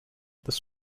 this